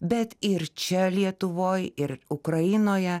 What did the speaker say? bet ir čia lietuvoj ir ukrainoje